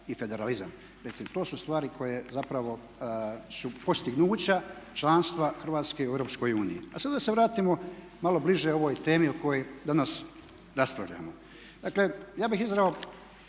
i federalizam. Recimo to su stvari koje zapravo su postignuća članstva Hrvatske u Europskoj uniji. A sada da se vratimo malo bliže ovoj temi o kojoj danas raspravljamo. Dakle ja bih dao